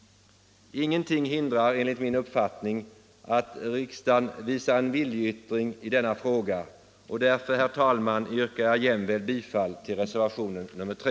Ingenting hindrar enligt min uppfattning att riksdagen visar en viljeyttring i denna fråga, och därför, herr talman, yrkar jag även bifall till reservationen 3.